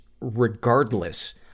regardless